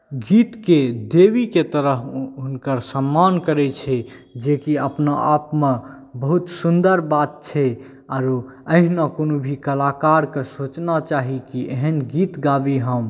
गीतके देवीके तरह हुनकर सम्मान करैत छै जेकि अपना आपमे बहुत सुन्दर बात छै आरो अहिना कोनो भी कलाकारकेँ सोचबाक चाही कि एहन गीत गाबी हम